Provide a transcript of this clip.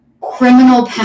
criminal